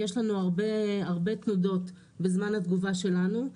יש לנו הרבה תנודות בזמן התגובה שלנו.